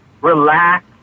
relax